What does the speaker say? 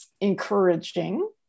encouraging